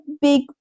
big